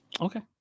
Okay